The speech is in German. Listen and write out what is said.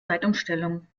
zeitumstellung